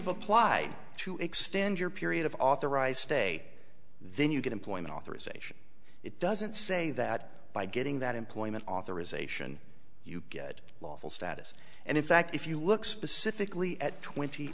applied to extend your period of authorized stay then you get employment authorization it doesn't say that by getting that employment authorization you get lawful status and in fact if you look specifically at twenty